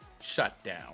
shutdown